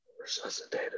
resuscitated